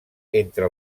entre